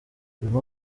urimo